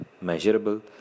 measurable